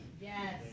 Yes